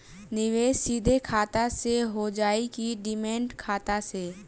निवेश सीधे खाता से होजाई कि डिमेट खाता से?